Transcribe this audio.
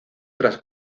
tras